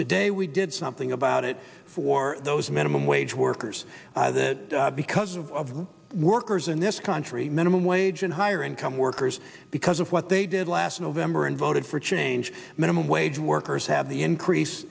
today we did something about it for those minimum wage workers that because of workers in this country minimum wage in higher income workers because of what they did last november and voted for change minimum wage workers have the increase